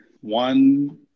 one